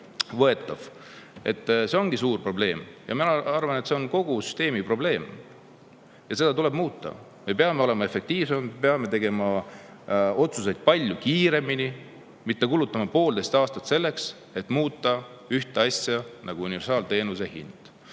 See on suur probleem. Ma arvan, et see on kogu süsteemi probleem ja seda tuleb muuta. Me peame olema efektiivsemad, me peame tegema otsuseid palju kiiremini, mitte kulutama poolteist aastat selleks, et muuta sellist asja nagu universaalteenuse hind.